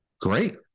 Great